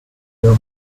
your